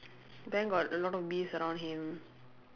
then got a lot of bees around him